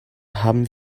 haben